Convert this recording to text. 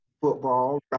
football